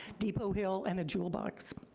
depot hill and the jewel box.